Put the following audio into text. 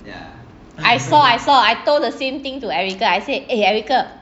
I saw I saw I told the same thing to erica